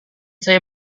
saya